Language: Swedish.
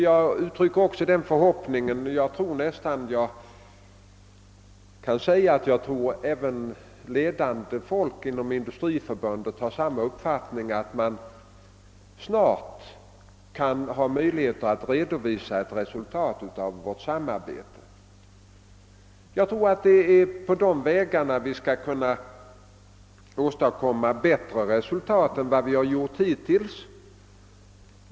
Jag uttrycker också den förhoppningen — och jag tror jag kan säga att även ledande folk inom industrin hyser samma förhoppning — att man snart skall ha möjlighet att redovisa resultat av vårt samarbete; Jag tror att det är på den vägen vi nu skall kunna åstadkomma bättre resultat än vi har gjort hittills.